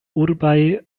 urbaj